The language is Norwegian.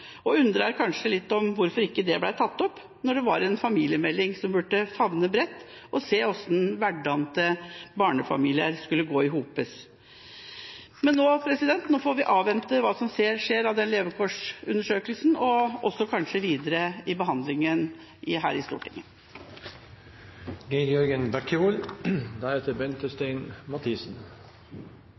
vi undrer oss over hvorfor dette ikke er tatt opp der, når det er en familiemelding som burde favne bredt og se på hvordan hverdagen til barnefamilier skulle gå i hop. Men nå får vi avvente hva som skjer med den levekårsundersøkelsen og videre behandling her i